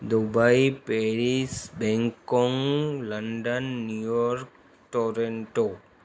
Dubai Paris Bangkok London New York Toronto